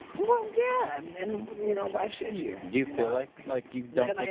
well yeah, and and you know why should you do you feel like like you don't